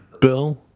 Bill